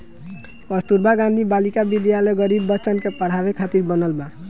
कस्तूरबा गांधी बालिका विद्यालय गरीब बच्चन के पढ़ावे खातिर बनल बा